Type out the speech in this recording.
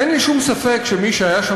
אין לי שום ספק שמי שהיה שם,